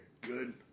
good